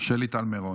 שלי טל מרון,